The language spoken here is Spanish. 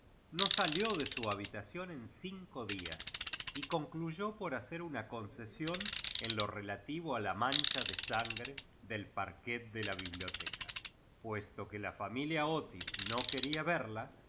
no salió de su habitación en cinco días y concluyó por hacer una concesión en lo relativo a la mancha de sangre del parquet de la biblioteca puesto que la familia otis m quería verla